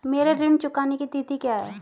मेरे ऋण चुकाने की तिथि क्या है?